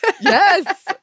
Yes